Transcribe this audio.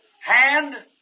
hand